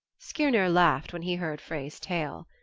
skirnir laughed when he heard frey's tale.